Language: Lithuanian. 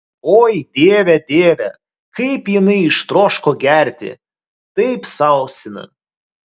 oi dieve dieve kaip jinai ištroško gerti taip sausina